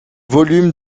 volumes